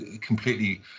completely